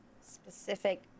specific